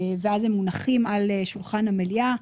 ואז הם מונחים על שולחן המליאה.